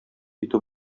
итү